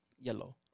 yellow